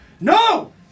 No